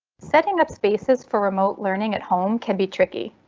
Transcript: setting up spaces for remote learning at home can be tricky,